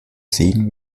sehen